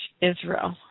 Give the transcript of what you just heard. Israel